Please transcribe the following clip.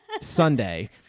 Sunday